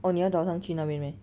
orh 你要早上去那边 meh